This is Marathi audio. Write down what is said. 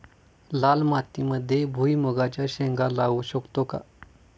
लाल मातीमध्ये भुईमुगाच्या शेंगा लावू शकतो का?